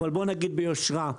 אבל בואו נגיד ביושרה,